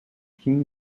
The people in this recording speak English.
keen